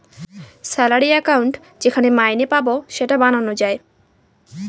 salary account যেখানে মাইনে পাবো সেটা বানানো যায়